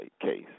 case